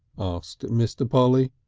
asked mr. polly.